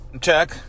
Check